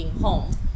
home